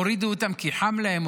הורידו אותם כי חם להם,